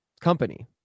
company